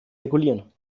regulieren